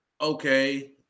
okay